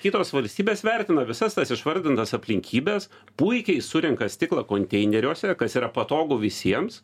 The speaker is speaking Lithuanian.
kitos valstybės vertina visas tas išvardintas aplinkybes puikiai surenka stiklą konteineriuose kas yra patogu visiems